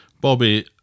bobby